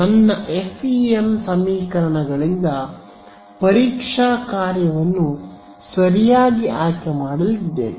ನನ್ನ ಎಫ್ಇಎಂ ಸಮೀಕರಣಗಳಿಂದ ಪರೀಕ್ಷಾ ಕಾರ್ಯವನ್ನು ಸರಿಯಾಗಿ ಆಯ್ಕೆ ಮಾಡಲಿದ್ದೇನೆ